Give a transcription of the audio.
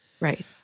Right